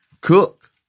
Cook